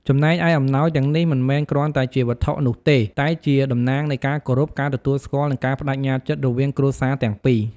ចំណែកឯ អំណោយទាំងនេះមិនមែនគ្រាន់តែជាវត្ថុនោះទេ តែជាតំណាងនៃការគោរព ការទទួលស្គាល់ និងការប្ដេជ្ញាចិត្តរវាងគ្រួសារទាំងពីរ។